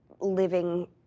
living